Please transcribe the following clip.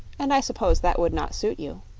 and i suppose that would not suit you.